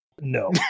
No